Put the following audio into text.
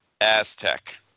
Aztec